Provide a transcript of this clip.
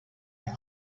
eye